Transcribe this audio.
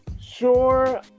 Sure